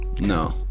No